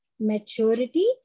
Maturity